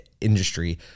industry